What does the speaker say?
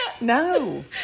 No